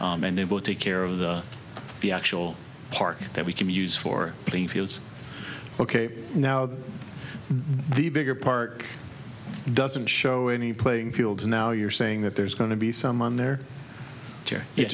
and it will take care of the the actual park that we can use for playing fields ok now the bigger park doesn't show any playing fields and now you're saying that there's going to be someone there it